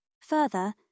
Further